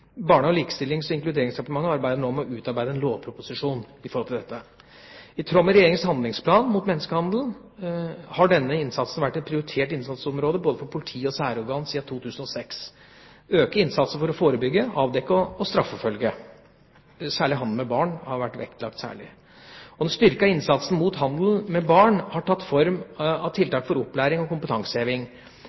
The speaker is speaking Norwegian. Barne-, likestillings- og inkluderingsdepartementet arbeider nå med å utarbeide en lovproposisjon. I tråd med Regjeringas handlingsplan mot menneskehandel har denne innsatsen vært et prioritert innsatsområde både for politi og særorgan siden 2006. Økt innsats for å forebygge, avdekke og straffeforfølge handel med barn har vært særlig vektlagt. Den styrkede innsatsen mot handel med barn har tatt form av tiltak for opplæring og kompetanseheving,